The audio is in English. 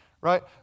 right